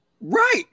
right